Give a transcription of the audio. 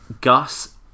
Gus